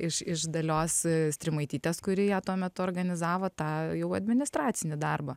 iš iš dalios stremaitytės kuri ją tuo metu organizavo tą jau administracinį darbą